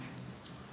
דרך אגב,